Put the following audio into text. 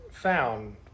Found